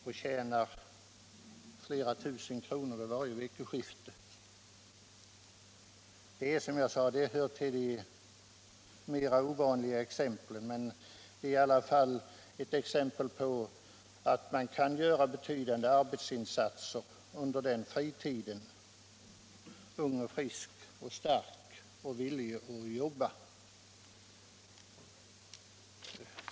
Då tjänar de flera tusen kronor varje veckoskifte. Detta är naturligtvis ett mera ovanligt exempel, men det är i alla fall ett exempel på att man kan göra betydande arbetsinsatser under fritiden, om man är frisk och stark och villig att arbeta.